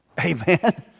amen